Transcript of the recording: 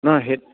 নাই সেই